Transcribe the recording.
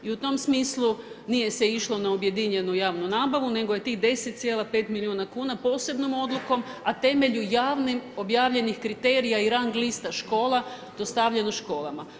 I u tom smislu nije se išlo na objedinjenu javnu nabavu nego je tih 10,5 milijuna kuna posebno odlukom a temelju javnih objavljenih kriterija i rang lista škola dostavljeno školama.